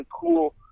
cool